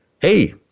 Hey